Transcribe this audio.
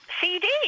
CD